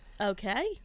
Okay